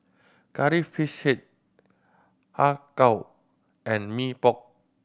Curry Fish Head Har Kow and Mee Pok